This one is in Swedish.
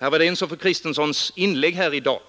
Herr Wedéns och fru Kristenssons inlägg här i dag